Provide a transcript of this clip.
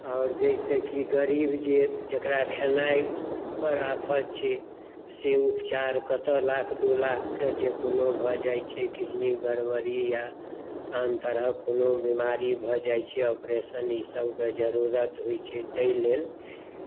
अनलनि हॅं और जाहिसँ कि गरीब जे जकरा खेनाय पर आफत छै से उपचार कतय लाख दू लाख कऽ जे कोनो भऽ जाय छै किडनी गड़बड़ी या आन तरहक कोनो बीमारी भऽ जाय छै ऑपरेशन ई सब कऽ जरुरत होय छै ताहि लेल